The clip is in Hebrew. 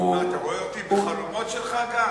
אתה רואה אותי גם בחלומות שלך?